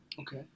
Okay